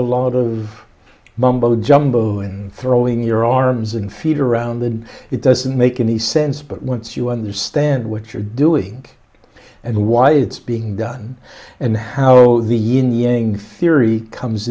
a lot of mumbo jumbo and throwing your arms and feet around in it doesn't make any sense but once you understand what you're doing and why it's being done and how the union theory comes